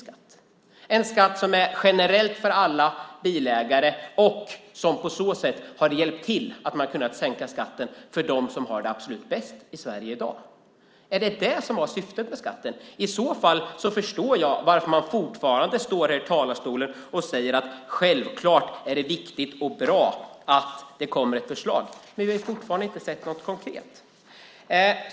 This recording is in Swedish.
Det är en skatt som är generell för alla bilägare och som på så sätt har hjälpt till att man har kunnat sänka skatten för dem som har det absolut bäst i Sverige i dag. Är det vad som var syftet med skatten? I så fall förstår jag varför man fortfarande står här i talarstolen och säger att självklart är det viktigt och bra att det kommer ett förslag. Men vi har fortfarande inte sett något konkret.